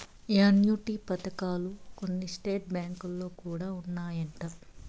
annuity పథకాలు కొన్ని state బ్యాంకులో కూడా ఉన్నాయంట